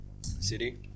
City